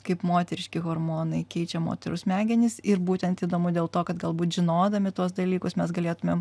kaip moteriški hormonai keičia moterų smegenis ir būtent įdomu dėl to kad galbūt žinodami tuos dalykus mes galėtumėm